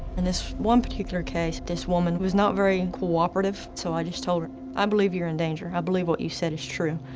in this one particular case, this woman was not very cooperative. so i just told her, i believe you're in danger. i believe what you said is true,